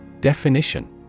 Definition